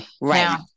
right